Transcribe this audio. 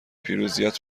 پیروزیت